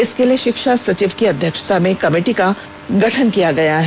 इसके लिए शिक्षा सचिव की अध्यक्षता में कमिटि का गठन किया गया है